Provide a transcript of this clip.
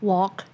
Walk